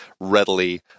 readily